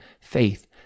faith